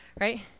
right